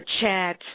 chat